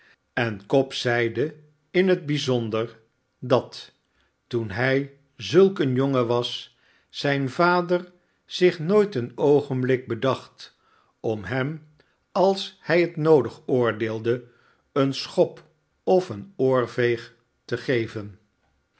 en cobb zeide in het bijzonder dat toen hij zulk een jongen was zijn vader zich nooit een oogenblik bedacht om hem als hij het noodig oordeelde een schop of een oorveeg te geven